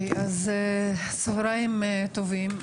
צוהריים טובים.